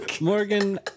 Morgan